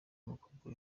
umukobwa